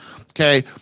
Okay